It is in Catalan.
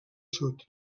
sud